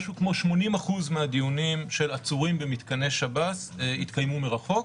משהו כמו 80% מהדיונים של עצורים במתקני שב"ס התקיימו מרחוק.